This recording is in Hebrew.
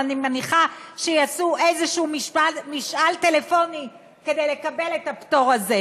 אני מניחה שיעשו איזה משאל טלפוני כדי לקבל את הפטור הזה,